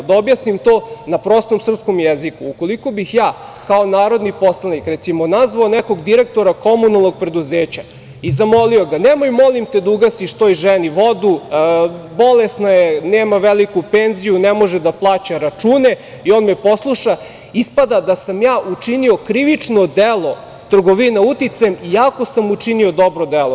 Da objasnim to na prostom srpskom jeziku – ukoliko bih ja kao narodni poslanik, recimo, nazvao nekog direktora komunalnog preduzeća i zamolio ga – nemoj, molim te, da ugasiš to ženi vodu, bolesna je, nema veliku penziju, ne može da plaća račune i on me posluša, ispada da sam ja učinio krivično delo trgovina uticajem iako sam učinio dobro delo.